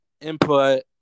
input